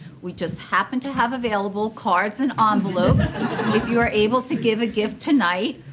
we just happen to have available cards and um envelopes if you are able to give a gift tonight.